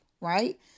Right